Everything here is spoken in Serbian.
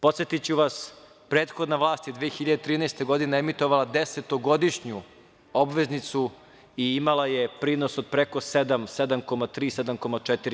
Podsetiću vas, prethodna vlast je 2013. godine emitovala desetogodišnju obveznicu i imala je prinos od preko 7 – 7,3%, 7,4%